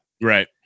Right